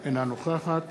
אינה נוכחת